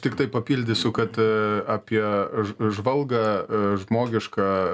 tiktai papildysiu kad apie ž žvalgą žmogišką